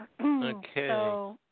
Okay